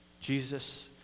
Jesus